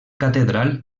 catedral